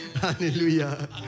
Hallelujah